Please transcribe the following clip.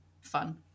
fun